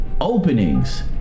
openings